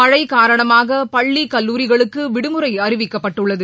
மழை காரணமாக பள்ளி கல்லூரிகளுக்கு விடுமுறை அறிவிக்கப்பட்டுள்ளது